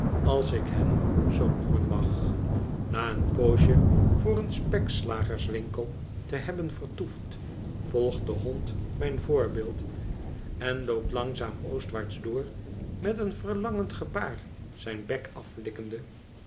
als ik hen zoo noemen mag na een poosje voor een spekslagerswinkel te hebben vertoefd volgt de hond mijn voorbeeld en loopt langzaam oostwaarts door met een verlangend gebaar zijn bek aflikkende